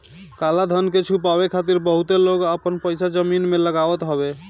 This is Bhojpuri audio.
काला धन के छुपावे खातिर बहुते लोग आपन पईसा जमीन में लगावत हवे